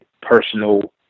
personal